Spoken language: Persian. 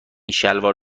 شلوار